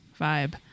vibe